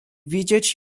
widzieć